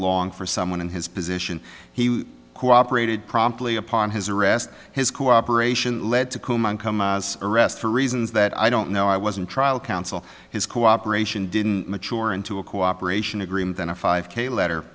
long for someone in his position he cooperated promptly upon his arrest his cooperation led to arrest for reasons that i don't know i wasn't trial counsel his cooperation didn't mature into a cooperation agreement then a five k letter